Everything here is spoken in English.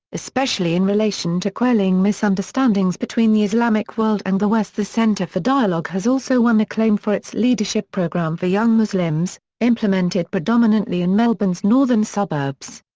especially in relation to quelling misunderstandings between the islamic world and the west. the centre for dialogue has also won acclaim for its leadership programme for young muslims, implemented predominantly in melbourne's northern suburbs.